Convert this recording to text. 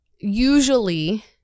Usually